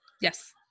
Yes